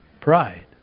Pride